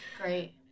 Great